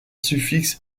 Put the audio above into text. suffixe